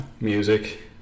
music